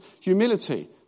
humility